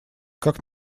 как